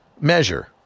measure